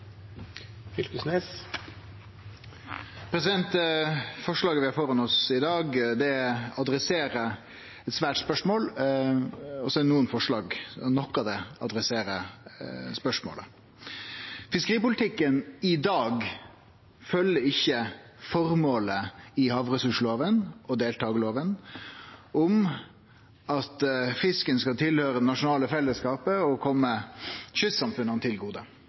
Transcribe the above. Forslaget vi har framfor oss i dag, tar opp eit svært spørsmål, og så er det noko av det som handlar om spørsmålet. Fiskeripolitikken i dag følgjer ikkje opp føremålet i havressursloven og deltakarloven om at fisken skal høyre til det nasjonale fellesskapet og kome kystsamfunna til gode.